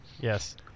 Yes